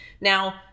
Now